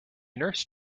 nurse